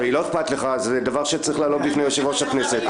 אם לא אכפת לך זה דבר שצריך להעלות לפני יושב-ראש הכנסת.